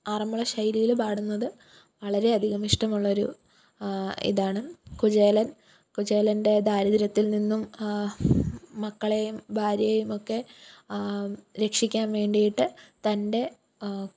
ആറന്മുള ശൈലിയിൽ പാടുന്നത് വളരെയധികം ഇഷ്ടമുള്ളൊരു ഇതാണ് കുചേലന് കുചേലന്റെ ദാരിദ്ര്യത്തില് നിന്നും മക്കളേയും ഭാര്യയേയുമൊക്കെ രക്ഷിക്കാന് വേണ്ടിയിട്ട് തന്റെ